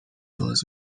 باز